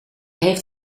heeft